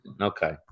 Okay